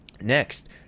Next